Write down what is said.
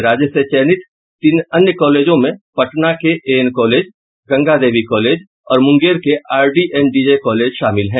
राज्य से चयनित तीन अन्य कॉलेजों में पटना के एएनकालेज गंगा देवी कॉलेज और मुंगेर के RD and D J college शामिल हैं